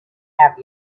have